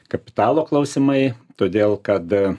kapitalo klausimai todėl kad